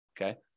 okay